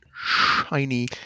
shiny